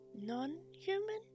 Non-human